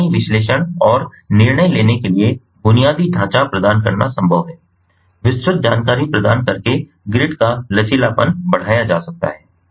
निगरानी विश्लेषण और निर्णय लेने के लिए बुनियादी ढाँचा प्रदान करना संभव है विस्तृत जानकारी प्रदान करके ग्रिड का लचीलापन बढ़ाया जा सकता है